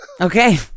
Okay